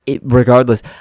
regardless